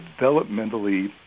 developmentally